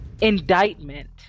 Indictment